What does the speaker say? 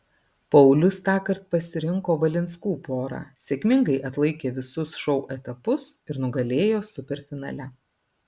paulius tąkart pasirinko valinskų porą sėkmingai atlaikė visus šou etapus ir nugalėjo superfinale